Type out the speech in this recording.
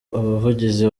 umuvugizi